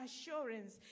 assurance